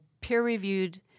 peer-reviewed